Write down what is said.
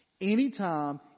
Anytime